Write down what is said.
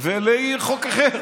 ולי יהיה חוק אחר.